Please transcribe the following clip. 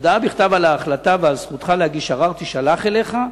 הודעה בכתב על ההחלטה ועל זכותך להגיש ערר תישלח אליך.